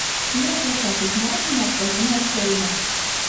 pieža po tiek metų neatpažino šeimio